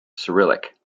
cyrillic